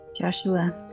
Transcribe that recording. Joshua